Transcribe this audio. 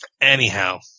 anyhow –